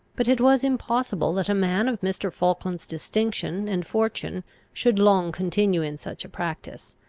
but it was impossible that a man of mr. falkland's distinction and fortune should long continue in such a practice,